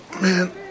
Man